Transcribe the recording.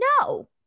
no